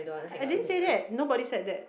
I I didn't say that nobody said that